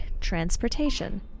transportation